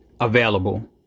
available